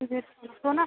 ते फ्ही रुको ना